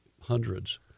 hundreds